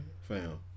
Fam